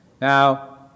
Now